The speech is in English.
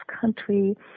country